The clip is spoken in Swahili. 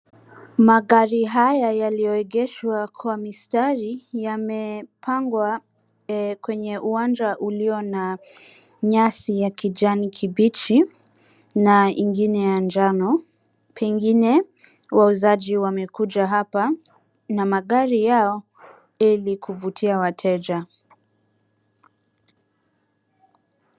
Magari haya yaliyoegeshwa kwa mistari yamepangwa kwenye uwanja ulio na nyasi ya kijani kibichi na ingine ya njano. Pengine wauzaji wamekuja hapa na magari yao ili kuvutia wateja.